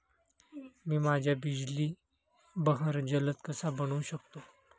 मी माझ्या बिजली बहर जलद कसा बनवू शकतो?